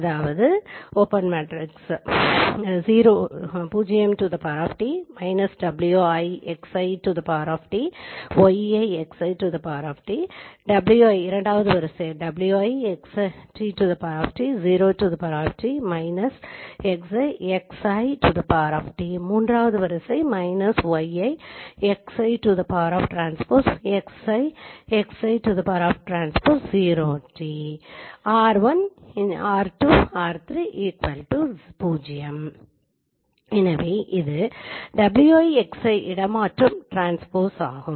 எனவே இது w1Xi இடமாற்றம் ஆகும்